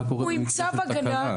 קיבל עכשיו צו הגנה,